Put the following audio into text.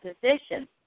position